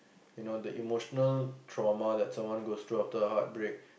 you know the emotional trauma that someone goes through after a heartbreak